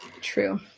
true